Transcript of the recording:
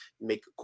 make